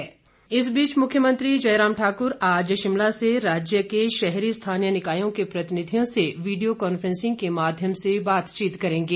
मुख्यंमंत्री बैठक इस बीच मुख्यमंत्री जयराम ठाकुर आज शिमला से राज्य के शहरी स्थानीय निकायों के प्रतिनिधियों से वीडियो कांफ्रेसिंग के माध्यम से बातचीत करेंगे